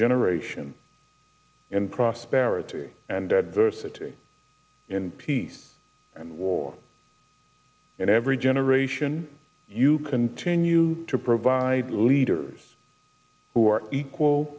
generation in prosperity and adversity in peace and war in every generation you continue to provide leaders who are equal